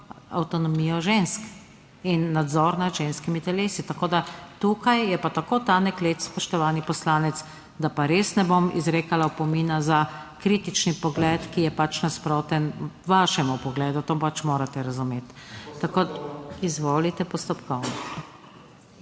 avtonomijo žensk in nadzor nad ženskimi telesi. Tako da tukaj je pa tako tanek led, spoštovani poslanec, da pa res ne bom izrekala opomina za kritični pogled, ki je pač nasproten vašemu pogledu. To pač morate razumeti. Izvolite, postopkovno.